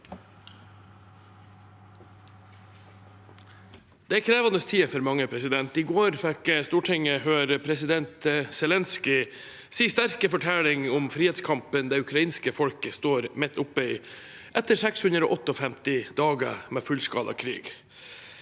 Det er krevende tider for mange. I går fikk Stortinget høre president Zelenskyjs sterke fortelling om frihetskampen det ukrainske folket står midt oppe i etter 658 dager med fullskala krig.